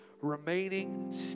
remaining